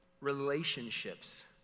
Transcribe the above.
relationships